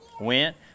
Went